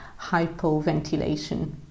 hypoventilation